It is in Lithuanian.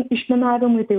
išminavimui tai